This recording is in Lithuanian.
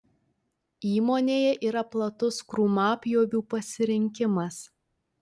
įmonėje yra platus krūmapjovių pasirinkimas